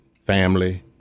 family